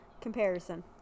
comparison